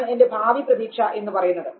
അതാണ് എൻറെ ഭാവി പ്രതീക്ഷ എന്നു പറയുന്നത്